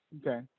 okay